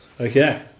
Okay